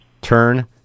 Turn